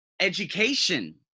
education